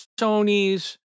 Sony's